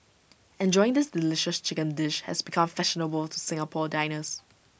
enjoying this delicious chicken dish has become fashionable to Singapore diners